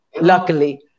Luckily